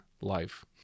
life